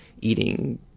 eating